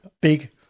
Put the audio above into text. big